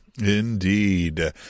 Indeed